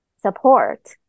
support